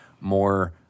more